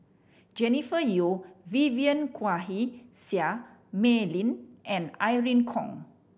Jennifer Yeo Vivien Quahe Seah Mei Lin and Irene Khong